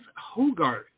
Hogarth